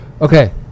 Okay